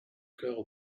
chœur